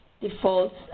defaults